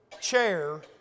chair